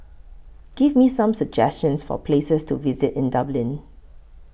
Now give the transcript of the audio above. Give Me Some suggestions For Places to visit in Dublin